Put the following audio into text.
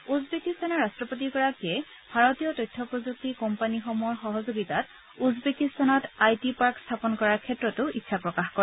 উজবেকিস্তানৰ ৰাট্টপতিগৰাকীয়ে ভাৰতীয় তথ্য প্ৰযুক্তি কোম্পানীসমূহৰ সহযোগিতাত উজবেকিস্তানত আই টি পাৰ্ক স্থাপন কৰাৰ ক্ষেত্ৰতো ইচ্ছা প্ৰকাশ কৰে